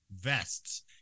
vests